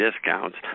discounts